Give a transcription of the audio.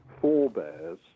forebears